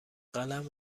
قلم